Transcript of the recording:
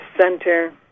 center